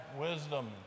wisdom